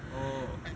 oh